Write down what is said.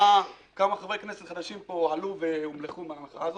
כמה חברי כנסת חדשים פה עלו והומלכו מהמחאה הזאת,